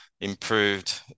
improved